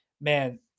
man